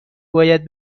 باید